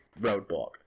roadblock